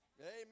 Amen